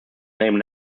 name